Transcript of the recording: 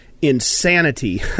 insanity